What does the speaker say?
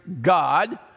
God